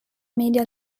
media